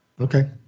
Okay